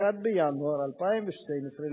1 בינואר 2012,